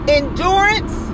endurance